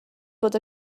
bod